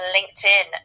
LinkedIn